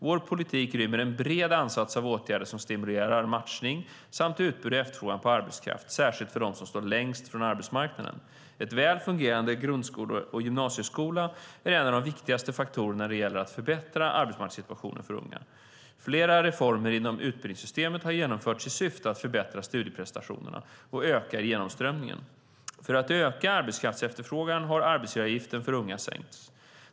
Vår politik rymmer en bred ansats av åtgärder som stimulerar matchningen samt utbud och efterfrågan på arbetskraft, särskilt för dem som står längst från arbetsmarknaden. En väl fungerande grund och gymnasieskola är en av de viktigaste faktorerna när det gäller att förbättra arbetsmarknadssituationen för unga. Flera reformer inom utbildningssystemet har genomförts i syfte att förbättra studieprestationerna och öka genomströmningen. För att öka arbetskraftsefterfrågan har arbetsgivaravgiften för unga sänkts.